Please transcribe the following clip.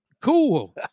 Cool